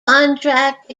contract